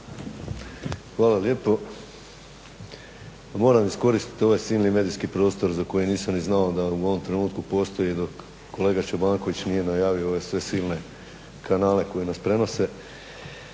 Hvala lijepo. Moram iskoristiti ovaj silni medijski prostor za koji nisam ni znao da u ovom trenutku postoji dok kolega Čobanković nije najavio ove sve silne kanale koji nas prenose.